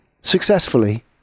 successfully